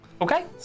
Okay